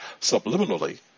Subliminally